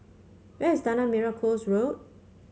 where is Tanah Merah Coast Road